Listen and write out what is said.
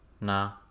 Nah